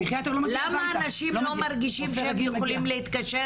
למה אנשים לא מרגישים שהם יכולים להתקשר